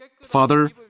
Father